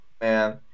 man